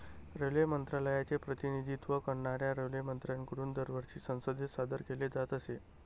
railway मंत्रालयाचे प्रतिनिधित्व करणाऱ्या रेल्वेमंत्र्यांकडून दरवर्षी संसदेत सादर केले जात असे